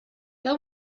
que